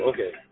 Okay